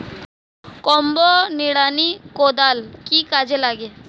Combo নিড়ানি কোদাল কি কাজে লাগে?